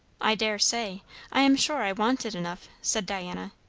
i dare say i am sure i want it enough, said diana.